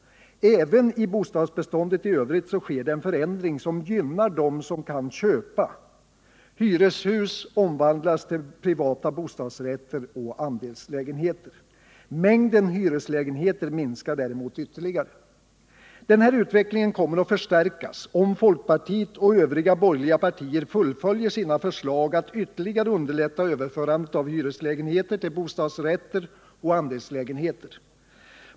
Även i bostadsbeståndet i övrigt sker en förändring som gynnar dem som kan köpa — hyreshus omvandlas till privata bostadsrätter och andelslägenheter. Mängden hyreslägenheter minskar därmed ytterligare. Denna utveckling kommer att förstärkas, om folkpartiet och övriga borgerliga partier fullföljer sina förslag att ytterligare underlätta överförande av hyreslägenheter till bostadsrätter och andelslägenheter.